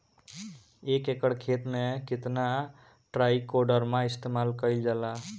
एक एकड़ खेत में कितना ट्राइकोडर्मा इस्तेमाल कईल जाला?